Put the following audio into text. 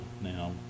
now